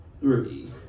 three